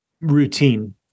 routine